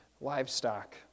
livestock